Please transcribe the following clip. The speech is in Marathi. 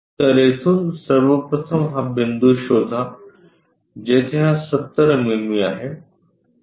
तर येथून सर्वप्रथम हा बिंदू शोधा जेथे हा 70 मिमी आहे